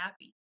happy